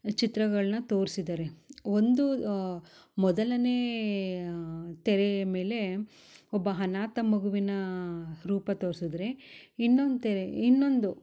ಚಿತ್ರಗಳನ್ನ ತೋರ್ಸಿದ್ದಾರೆ ಒಂದು ಮೊದಲನೇಯ ತೆರೆಯ ಮೇಲೆ ಒಬ್ಬ ಅನಾಥ ಮಗುವಿನ ರೂಪ ತೋರ್ಸುದ್ದರೆ ಇನ್ನೊಂದು ತೆರೆ ಇನ್ನೊಂದು